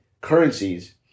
currencies